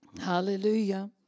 Hallelujah